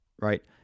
right